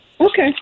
Okay